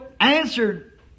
answered